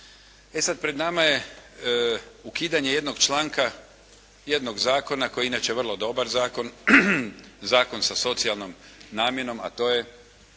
E, sada pred nama je ukidanje jednog članka, jednog Zakona koji je inače vrlo dobar zakon, zakon sa socijalnom namjenom a to je